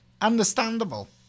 understandable